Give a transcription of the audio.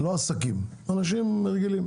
לא עסקים, לאנשים רגילים